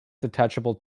detachable